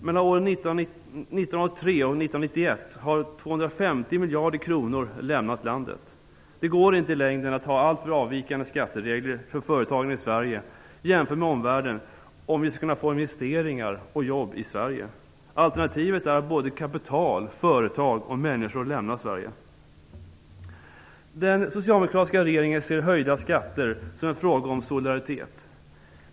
Mellan åren 1983 och 1991 har 250 miljarder kronor lämnat landet. Det går i längden inte att ha alltför avvikande skatteregler för företagen i Sverige jämfört med omvärlden om vi skall kunna få investeringar och jobb i Sverige. Alternativet är att såväl kapital och företag som människor lämnar Sverige. Den socialdemokratiska regeringen ser höjda skatter som en fråga om solidaritet.